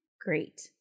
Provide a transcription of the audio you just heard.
great